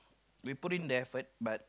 we put in the effort but